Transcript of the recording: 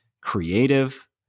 creative